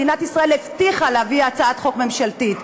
מדינת ישראל הבטיחה להביא הצעת חוק ממשלתית.